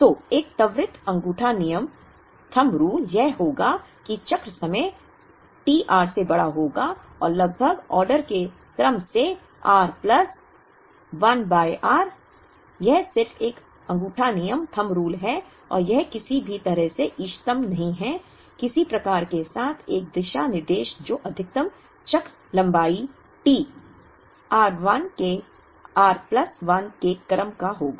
तो एक त्वरित अंगूठा नियम यह होगा कि चक्र समय T r से बड़ा होगा और लगभग ऑर्डर के क्रम से r प्लस 1 बाय r यह सिर्फ एक अंगूठा नियम है और यह किसी भी तरह से इष्टतम नहीं है किसी प्रकार के साथ एक दिशा निर्देश जो अधिकतम चक्र लंबाई T r 1 के r प्लस 1 के क्रम का होगा